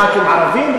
חברי כנסת ערבים,